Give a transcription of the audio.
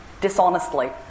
dishonestly